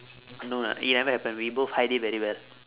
no lah it never happen we both hide it very well